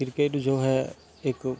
cricket जो है एक